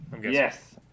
Yes